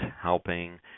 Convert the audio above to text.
helping